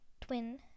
twin